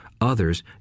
others